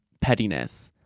pettiness